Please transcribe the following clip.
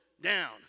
down